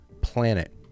planet